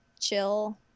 chill